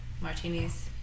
martinis